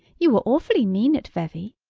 you were awfully mean at vevey,